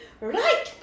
Right